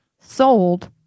sold